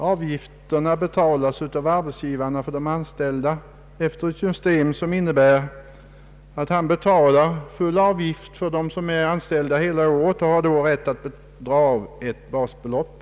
Avgifterna betalas av arbetsgivaren efter ett system som innebär att han betalar full avgift för dem som varit anställda hela året. Han har då rätt att dra av ett basbelopp.